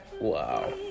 Wow